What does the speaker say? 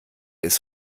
ist